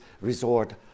resort